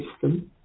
system